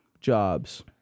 jobs